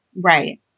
Right